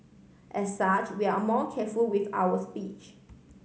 as such we are a more careful with our speech